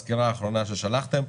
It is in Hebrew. הסקירה האחרונה ששלחתם.